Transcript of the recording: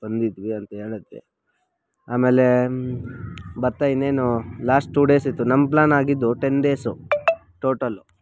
ಬಂದಿದ್ವಿ ಅಂತ ಹೇಳೋಕ್ಕೆ ಆಮೇಲೆ ಬರ್ತಾ ಇನ್ನೇನು ಲಾಸ್ಟ್ ಟೂ ಡೇಸ್ ಇತ್ತು ನಮ್ಮ ಪ್ಲ್ಯಾನ್ ಆಗಿದ್ದು ಟೆನ್ ಡೇಸು ಟೋಟಲ್ಲು